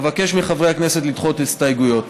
אבקש מחברי הכנסת לדחות את ההסתייגויות.